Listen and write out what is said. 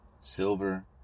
silver